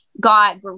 got